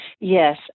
Yes